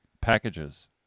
packages